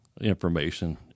information